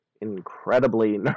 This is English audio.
incredibly